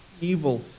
evil